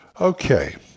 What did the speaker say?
Okay